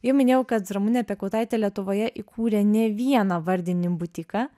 jau minėjau kad ramunė piekautaitė lietuvoje įkūrė ne vieną vardinį butiką